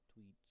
Tweets